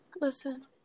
Listen